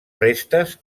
restes